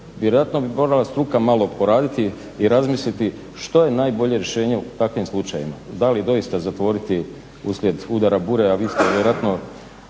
vjerojatno bi morala struka malo poraditi i razmisliti što je najbolje rješenje u takvim slučajevima. Da li doista zatvoriti uslijed udara bure, a vi ste vjerojatno